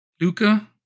Luca